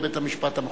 לבית-המשפט המחוזי.